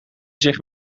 zich